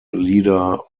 leader